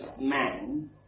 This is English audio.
man